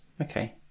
Okay